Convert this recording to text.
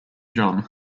john